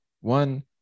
One